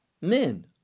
men